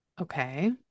okay